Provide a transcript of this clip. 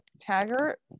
taggart